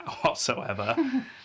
whatsoever